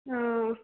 हँ